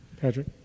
Patrick